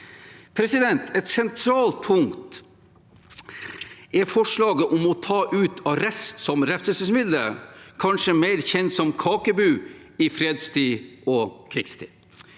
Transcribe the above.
Et sentralt punkt er forslaget om å ta ut arrest som refselsesmiddel – kanskje mer kjent som kakebu – i fredstid og i krigstid.